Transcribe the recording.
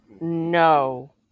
No